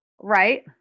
Right